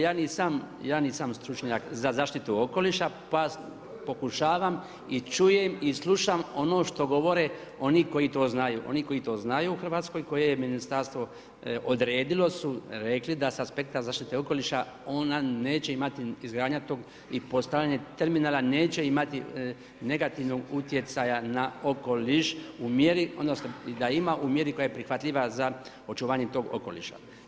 Ja nisam stručnjak za zaštitu okoliša pa pokušavam i čujem i slušam ono što govore oni koji to znaju, oni koji to znaju u Hrvatskoj koje je ministarstvo odredilo su rekli da sa aspekta zaštite okoliša ona neće imat izgradnja tog i postojanje terminala, neće imati negativnog utjecaja na okoliš, odnosno da ima u mjeri koja je prihvatljiva za očuvanjem tog okoliša.